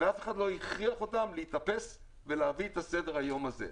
ואף אחד לא הכריח אותם להתאפס ולהביא את סדר-היום הזה.